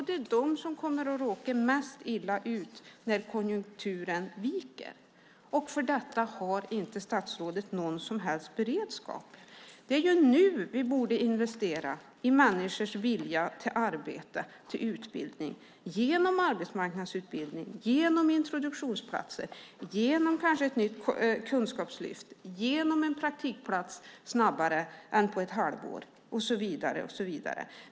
Det är de som kommer att råka mest illa ut när konjunkturen viker, och för detta har statsrådet inte någon som helst beredskap. Det är nu vi borde investera i människors vilja till arbete och utbildning genom arbetsmarknadsutbildning, genom introduktionsplatser, kanske genom ett nytt kunskapslyft, genom en praktikplats snabbare än efter ett halvår och så vidare.